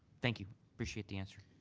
thank you, appreciate the answer.